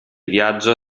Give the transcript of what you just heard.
viaggio